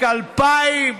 תיק 2000,